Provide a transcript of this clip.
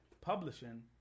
publishing